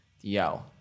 Yo